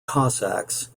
cossacks